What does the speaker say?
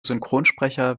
synchronsprecher